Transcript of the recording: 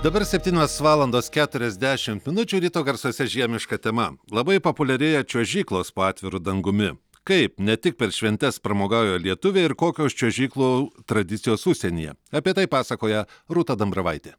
dabar septynios valandos keturiasdešimt minučių ryto garsuose žiemiška tema labai populiarėja čiuožyklos po atviru dangumi kaip ne tik per šventes pramogauja lietuviai ir kokios čiuožyklų tradicijos užsienyje apie tai pasakoja rūta dambravaitė